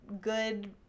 good